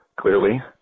Clearly